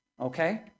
okay